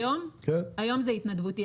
היום זה התנדבותי.